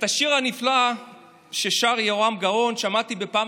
את השיר הנפלא ששר יהורם גאון שמעתי בפעם